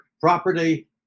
Property